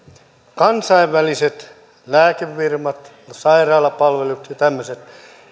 kansainväliset lääkefirmat sairaalapalvelut ja tämmöiset